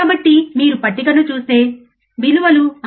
కాబట్టి మీరు పట్టికను చూస్తే మీ విలువలు 6